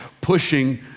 pushing